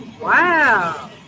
Wow